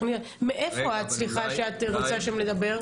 מאיפה את, סליחה, שאת רוצה שם לדבר.